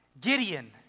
Gideon